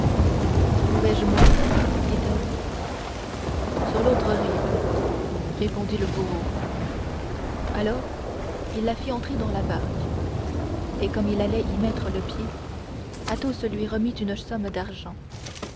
où vais-je mourir dit-elle sur l'autre rive répondit le bourreau alors il la fit entrer dans la barque et comme il allait y mettre le pied pour la suivre athos lui remit une somme d'argent